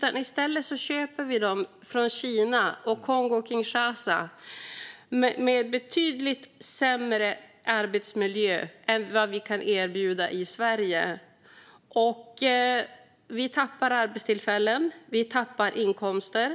I stället köper vi dem från Kina och Kongo-Kinshasa där arbetsmiljön är betydligt sämre än vad vi kan erbjuda i Sverige. Vi tappar arbetstillfällen och inkomster.